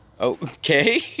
Okay